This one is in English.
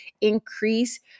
increase